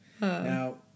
Now